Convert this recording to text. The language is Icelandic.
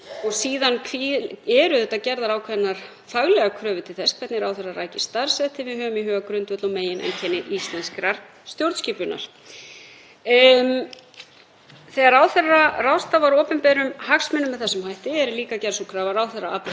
Þegar ráðherra ráðstafar opinberum hagsmunum með þessum hætti er líka gerð sú krafa að ráðherra afli sér hlutlægrar ráðgjafar sem reist er á fullnægjandi og réttum upplýsingum og gildir þá einu hvort um er að ræða ráðgjöf ráðuneytis eða álitsumleitan ríkislögmanns.